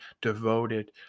devoted